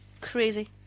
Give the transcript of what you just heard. Crazy